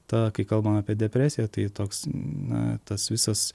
ta kai kalbam apie depresiją tai toks na tas visas